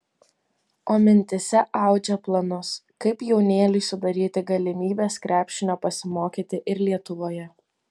o mintyse audžia planus kaip jaunėliui sudaryti galimybes krepšinio pasimokyti ir lietuvoje